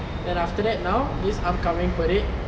then after that now this upcoming parade